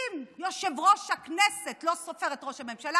אם יושב-ראש הכנסת לא סופר את ראש הממשלה